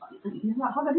professor Arun K